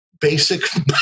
basic